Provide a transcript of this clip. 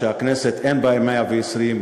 שהכנסת אין בה 120,